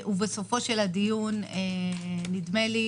ובסופו של הדיון נדמה לי